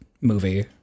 movie